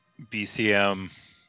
BCM